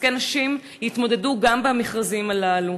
ועסקי נשים יתמודדו גם במכרזים הללו.